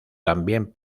también